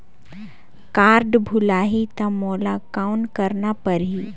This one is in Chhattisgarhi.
कारड भुलाही ता मोला कौन करना परही?